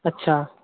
अच्छा